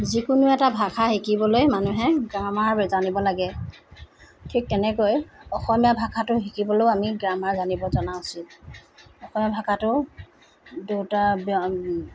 যিকোনো এটা ভাষা শিকিবলৈ মানুহে গ্ৰামাৰ জানিব লাগে ঠিক তেনেকৈ অসমীয়া ভাষাটো শিকিবলৈও আমি গ্ৰামাৰ জানিব জনা উচিত অসমীয়া ভাষাটো দুটা ব্য